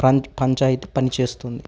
పంచాయతీ పనిచేస్తుంది